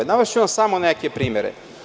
Navešću vam samo neke primere.